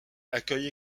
accueille